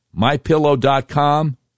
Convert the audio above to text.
MyPillow.com